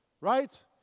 Right